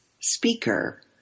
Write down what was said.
speaker